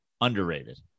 underrated